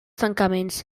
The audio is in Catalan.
tancaments